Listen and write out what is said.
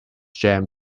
jammed